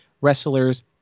wrestlers